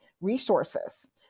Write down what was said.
resources